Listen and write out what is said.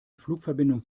flugverbindung